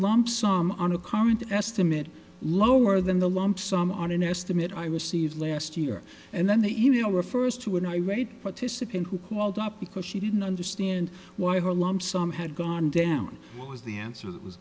lump sum on a current estimate lower than the lump sum on an estimate i received last year and then the email refers to an irate participant who called up because she didn't understand why her lump sum had gone down was the answer